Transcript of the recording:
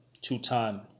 two-time